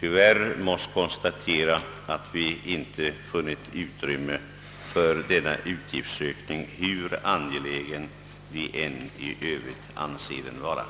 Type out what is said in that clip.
tyvärr måst konstatera att vi inte funnit utrymme för denna utgiftsökning, hur angelägen vi än i övrigt anser den vara.